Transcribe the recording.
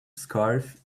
scarf